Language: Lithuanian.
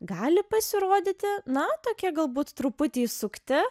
gali pasirodyti na tokie galbūt truputį sukti